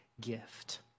gift